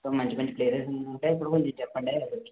so మంచి మంచి places ఉంటే ఇపుడు కొంచెం చెప్పండేం